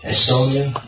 Estonia